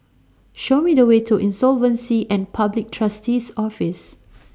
Show Me The Way to Insolvency and Public Trustee's Office